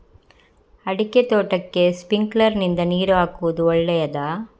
ಅಡಿಕೆ ತೋಟಕ್ಕೆ ಸ್ಪ್ರಿಂಕ್ಲರ್ ನಿಂದ ನೀರು ಹಾಕುವುದು ಒಳ್ಳೆಯದ?